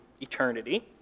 eternity